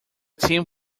team